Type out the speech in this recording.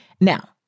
Now